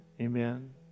Amen